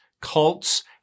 cults